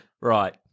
Right